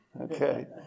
okay